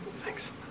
Thanks